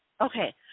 Okay